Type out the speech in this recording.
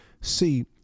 See